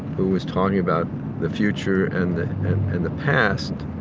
who was talking about the future and the and the past,